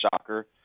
soccer